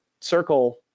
circle